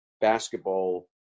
basketball